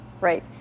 right